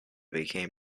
became